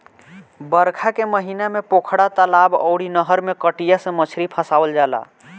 बरखा के महिना में पोखरा, तलाब अउरी नहर में कटिया से मछरी फसावल जाला